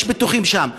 יש פיתוחים שם,